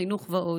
חינוך ועוד.